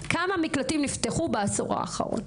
כמה מקלטים נפתחו בעשור האחרון?